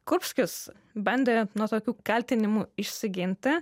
kurbskis bandė net nuo tokių kaltinimų išsiginti